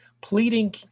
pleading